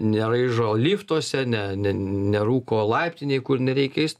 ne neraižo liftuose ne ne nerūko laiptinėj kur nereikia jis